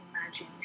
imagine